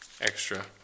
extra